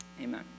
amen